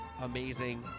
amazing